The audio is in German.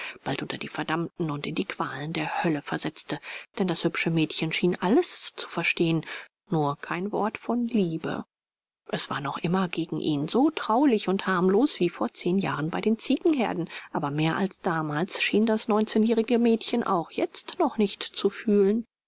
bald unter die verdammten und in die qualen der hölle versetzte denn das hübsche mädchen schien alles zu verstehen nur kein wort von liebe es war noch immer gegen ihn so traulich und harmlos wie vor zehn jahren bei den ziegenherden aber mehr als damals schien das neunzehnjährige mädchen auch jetzt noch nicht zu fühlen